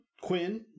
Quinn